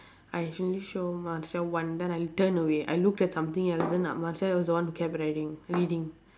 I actually show him [one] then I turned away I looked at something else then marcia was the one who kept riding reading